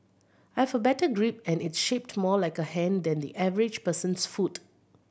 I've a better grip and it's shaped more like a hand than the average person's foot